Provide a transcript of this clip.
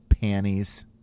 panties